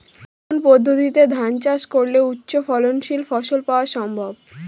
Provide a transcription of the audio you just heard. কোন পদ্ধতিতে ধান চাষ করলে উচ্চফলনশীল ফসল পাওয়া সম্ভব?